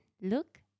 look